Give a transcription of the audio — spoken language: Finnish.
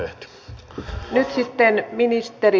nyt ministerit vastaavat